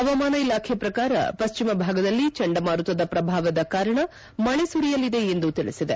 ಪವಾಮಾನ ಇಲಾಖೆ ಪ್ರಕಾರ ಪಶ್ಚಿಮ ಭಾಗದಲ್ಲಿ ಚಂಡಮಾರುತದ ಪ್ರಭಾವದ ಕಾರಣ ಮಳೆ ಸುರಿಯಲಿದೆ ಎಂದು ತಿಳಿಸಿದೆ